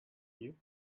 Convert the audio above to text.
you